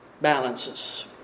balances